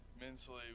mentally